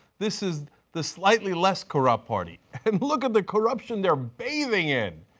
this is the slightly less corrupt party, and look at the corruption they are bathing in.